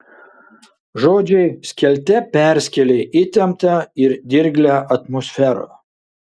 žodžiai skelte perskėlė įtemptą ir dirglią atmosferą